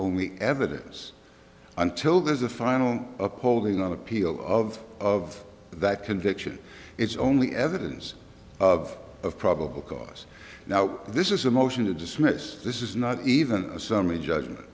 only evidence until there's a final upholding on appeal of of that conviction it's only evidence of of probable cause now this is a motion to dismiss this is not even a summary judgment